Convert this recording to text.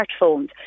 smartphones